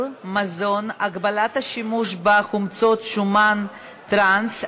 (מזון) (הגבלת השימוש בחומצות שומן טראנס),